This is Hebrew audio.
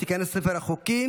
ותיכנס לספר החוקים.